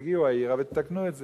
כשתגיעו העירה תתקנו את זה.